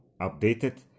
updated